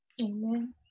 amen